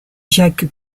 jacques